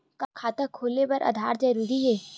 का खाता खोले बर आधार जरूरी हे?